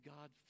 God